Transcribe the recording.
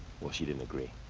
well she didn't agree.